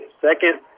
Second